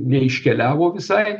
neiškeliavo visai